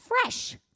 fresh